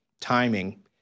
timing